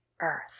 earth